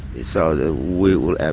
so that we will